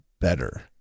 better